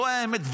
זה לא אמיתי.